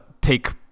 take